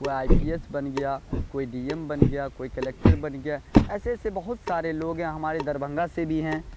کوئی آئی پی ایس بن گیا کوئی ڈی ایم بن گیا کوئی کلکٹر بن گیا ایسے ایسے بہت سارے لوگ ہیں ہمارے دربھنگہ سے بھی ہیں